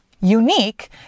unique